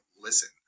listen